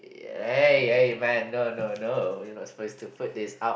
eh eh man no no no you're not supposed to put this up